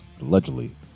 Allegedly